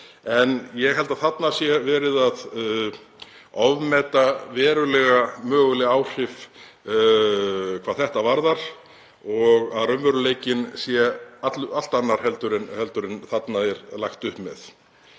en ég held að þarna sé verið að ofmeta verulega möguleg áhrif hvað þetta varðar og að raunveruleikinn sé allt annar heldur en þarna er lagt upp með.